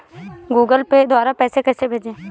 Google Pay द्वारा पैसे कैसे भेजें?